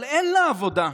אבל אין לה עבודה.